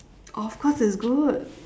of course it's good